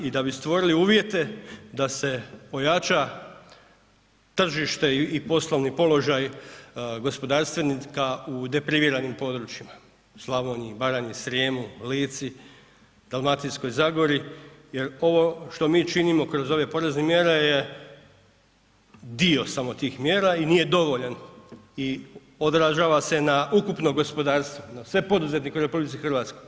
I da bi stvorili uvjete da se ojača tržište i poslovni položaj gospodarstvenika u depriviranim područjima Slavoniji, Baranji, Srijemu, Lici, Dalmatinskoj zagori jer ovo što mi činimo kroz ove porezne mjere je dio samo tih mjera i nije dovoljan i odražava se na ukupno gospodarstvo, na sve poduzetnike u RH.